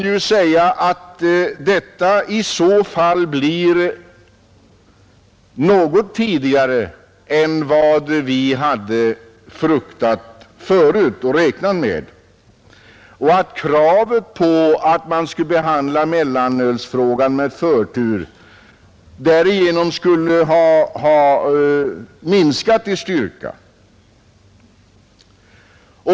Det blir i så fall något tidigare än vad vi hade räknat med, och kravet på att mellanölsfrågan skulle behandlas med förtur kan därför sägas ha minskat i styrka.